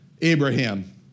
Abraham